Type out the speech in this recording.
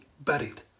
buried